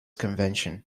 convention